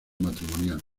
matrimonial